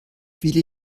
willi